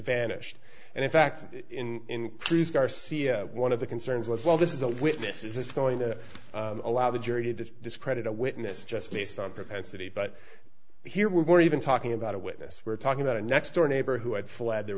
vanished and in fact in these garcia one of the concerns was well this is a witness is going to allow the jury to discredit a witness just based on propensity but here we're going to even talking about a witness we're talking about a next door neighbor who had fled there